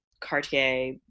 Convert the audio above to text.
Cartier